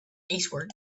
eastward